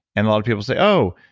and a lot of people say, oh,